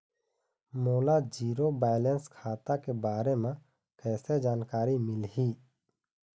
मोला zero balance खाता के बारे म कैसे जानकारी मिलही?